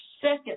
second